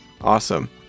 awesome